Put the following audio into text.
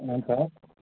हुन्छ